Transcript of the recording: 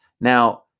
Now